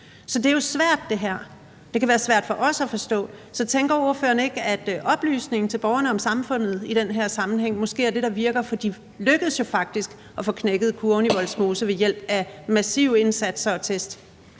Så det her er jo svært; det kan være svært for os at forstå. Så tænker ordføreren ikke, at oplysning til borgerne om samfundet i den her sammenhæng måske er det, der virker, for de lykkedes jo faktisk med at få knækket kurven i Vollsmose ved hjælp af massive indsatser og test?